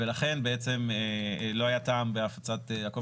לכן בעצם לא היה טעם בהפצת עקוב אחרי.